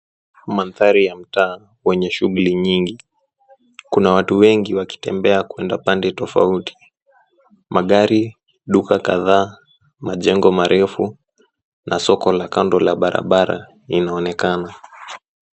Mandhari ya mtaa wenye shughuli nyingi. Kuna watu wengi wakitembea kuenda pande tofauti. Magari, duka kadhaa, majengo marefu na soko la kando la barabara inaonekana.